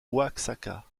oaxaca